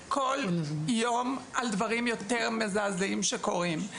סיפורים כאלה כל יום וגם על דברים מזעזעים יותר שקורים.